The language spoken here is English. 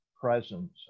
presence